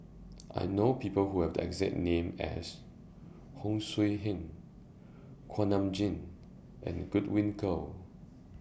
I know People Who Have The exact name as Hon Sui Hen Kuak Nam Jin and Godwin Koay